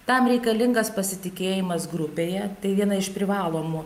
tam reikalingas pasitikėjimas grupėje tai viena iš privalomų